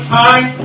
time